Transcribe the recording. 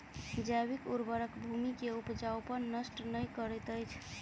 जैविक उर्वरक भूमि के उपजाऊपन नष्ट नै करैत अछि